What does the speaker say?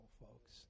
folks